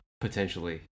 Potentially